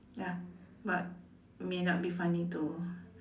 ya but may not be funny to